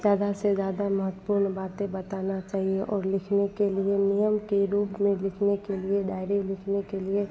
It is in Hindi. ज़्यादा से ज़्यादा महत्वपूर्ण बातें बताना चाहिए और लिखने के लिए नियम के रूप में लिखने के लिए डायरी लिखने के लिए